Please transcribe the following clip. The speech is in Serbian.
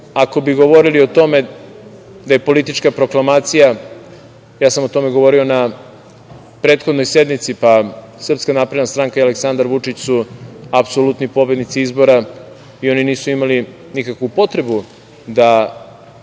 ako bi govorili o tome da je politička proklamacija, o tome sam govorio na prethodnoj sednici, pa SNS i Aleksandar Vučić su apsolutni pobednici izbora, i oni nisu imali nikakvu potrebu da